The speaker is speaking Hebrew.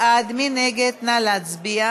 התרבות והספורט להכנה לקריאה